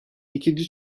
ikinci